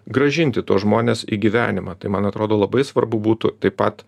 grąžinti tuos žmones į gyvenimą tai man atrodo labai svarbu būtų taip pat